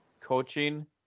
coaching